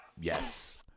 Yes